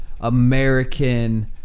American